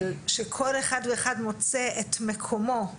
שכל אחד ואחד מוצא את מקומו,